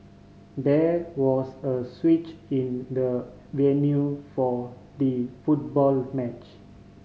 there was a switch in the venue for the football match